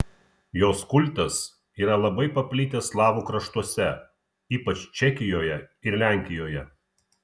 jos kultas yra labai paplitęs slavų kraštuose ypač čekijoje ir lenkijoje